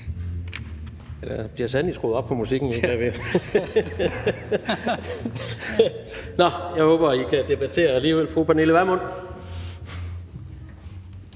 Der bliver sandelig skruet op for musikken udenfor. Jeg håber, at I kan debattere alligevel. Fru Pernille Vermund.